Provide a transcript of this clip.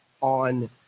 on